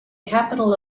capital